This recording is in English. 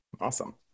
Awesome